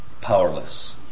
powerless